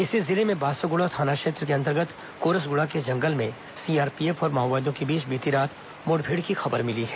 इसी जिले में बासागुड़ा थाना क्षेत्र के अंतर्गत कोरसगुड़ा के जंगल में सीआरपीएफ और माओवादियों के बीच बीती रात मुठभेड़ की खबर मिली है